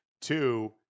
Two